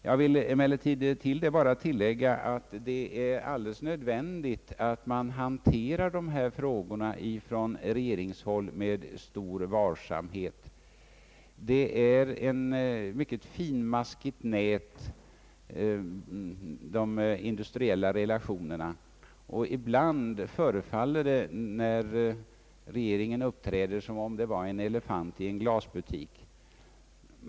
Jag vill emellertid tillägga att det är alldeles nödvändigt att man hanterar dessa frågor med stor varsamhet från regeringshåll. De industriella relationerna utgör ett mycket finmaskigt nät. Ibland när regeringen uppträder är det som en elefant i en glasbutik.